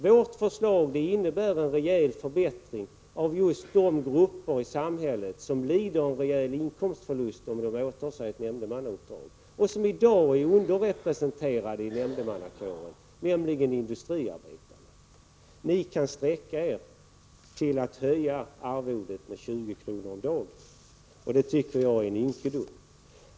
Vårt förslag innebär en rejäl förbättring för just dem i samhället som lider av en rejäl inkomstförlust, om de åtar sig ett nämndemannauppdrag, personer som i dag är underrepresenterade inom nämndemannakåren. Det gäller industriarbetarna. Ni kan sträcka er till att höja arvodet med 20 kr. om dagen, vilket jag tycker är en ynkedom.